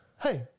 hey